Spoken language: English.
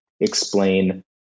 explain